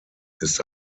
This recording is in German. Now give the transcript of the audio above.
ist